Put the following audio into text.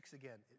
again